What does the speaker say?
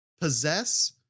possess